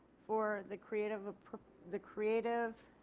for the creative, ah the creative